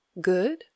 GOOD